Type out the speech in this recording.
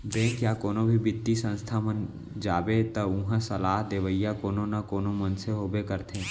bank या कोनो भी बित्तीय संस्था म जाबे त उहां सलाह देवइया कोनो न कोनो मनसे होबे करथे